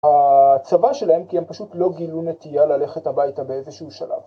הצבא שלהם כי הם פשוט לא גילו נטייה ללכת הביתה באיזשהו שלב